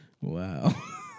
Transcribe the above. Wow